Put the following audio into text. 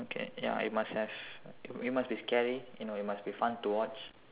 okay ya it must have it must be scary you know it must be fun to watch